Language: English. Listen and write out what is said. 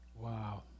wow